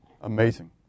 Amazing